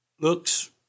looks